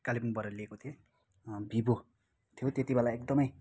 कालेबुङबाट लिएको थिएँ भिभो थियो त्यति बेला एकदमै